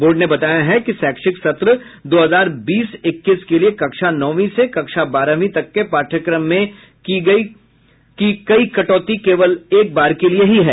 board ने बताया है कि शैक्षिक सत्र दो हजार बीस इक्कीस के लिए कक्षा नौवीं से कक्षा बारहवीं तक के पाठ्यक्रम में की कई कटौती केवल एक बार के लिए ही है